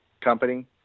company